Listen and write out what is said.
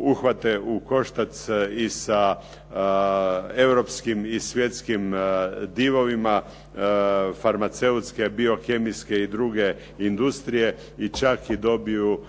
uhvate u koštac i sa europskim i svjetskim divovima, farmaceutske, biokemijske i druge industrije i čak i dobiju